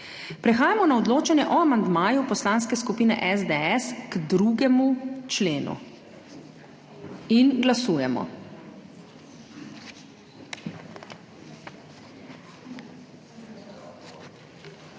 Prehajamo na odločanje o amandmaju Poslanske skupine SDS k 2. členu. Glasujemo.